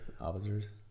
officers